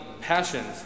passions